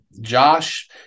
Josh